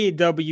AW